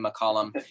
McCollum